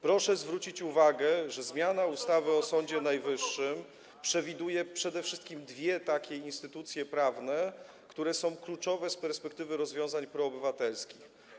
Proszę zwrócić uwagę, że zmiana ustawy o Sądzie Najwyższym przewiduje przede wszystkim dwie instytucje prawne, które są kluczowe z perspektywy rozwiązań proobywatelskich.